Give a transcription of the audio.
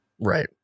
right